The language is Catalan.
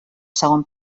segon